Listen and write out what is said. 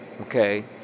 Okay